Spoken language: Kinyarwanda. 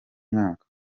mwaka